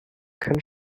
können